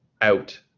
out